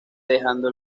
dejando